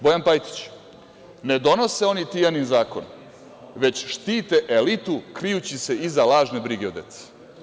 Bojan Pajtić - ne donose oni Tijanin zakon, već štite elitu, krijući se iza lažne brige o deci.